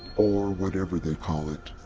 or whatever they call it.